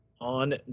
on